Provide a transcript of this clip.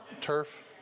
turf